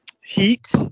Heat